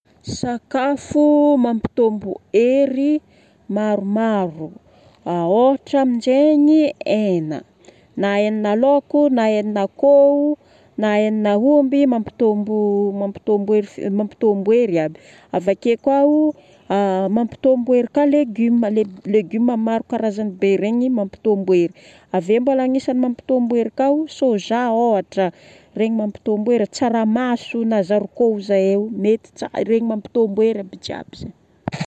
Sakafo mampitombo hery, maromaro. Ohatra amin'izegny hena. Na henana laoko na henan'akoho, na henan'aomby mampitombo, mampitombo hery fia- mampitombo hery aby. Avake koa hery ka légume. Légume maro karazagny be regny mampitombo hery. Ave mbola agnisan'ny mampitombo hery koa soja ohatra. Regny mampitombo hery. Tsaramaso na zarikô hoy zahay, mety tsara- regny mampitombo hery ampy jiaby zegny.